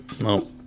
No